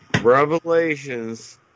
Revelations